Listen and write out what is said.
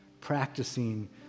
practicing